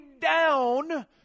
down